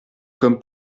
comme